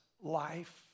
life